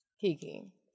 Kiki